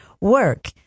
work